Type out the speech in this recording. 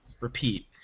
repeat